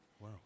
Wow